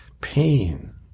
pain